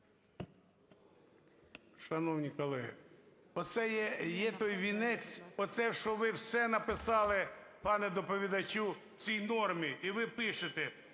Шановні колеги, оце є той вінець, оце, що ви все написали, пане доповідачу, в цій нормі. І ви пишете,